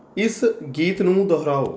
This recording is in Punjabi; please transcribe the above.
ਇਸ ਗੀਤ ਨੂੰ ਦੁਹਰਾਓ